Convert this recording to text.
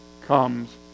comes